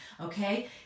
Okay